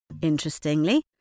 Interestingly